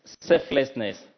selflessness